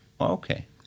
Okay